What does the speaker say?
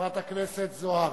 חברת הכנסת זוארץ.